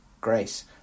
Grace